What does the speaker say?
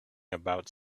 about